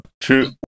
true